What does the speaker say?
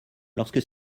lorsque